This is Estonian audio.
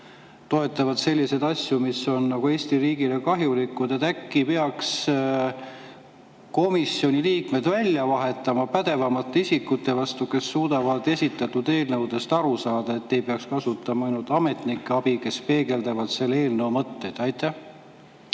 toetavad selliseid asju, mis on Eesti riigile kahjulikud. Äkki peaks komisjoni liikmed välja vahetama pädevamate isikute vastu, kes suudavad esitatud eelnõudest aru saada? Siis ei peaks kasutama ametnike abi, kes peegeldavad eelnõu mõtet. Aitäh,